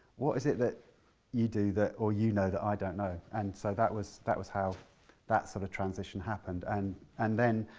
what is it that you do or you know that i don't know. and so that was that was how that sort of transition happened. and and then